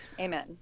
Amen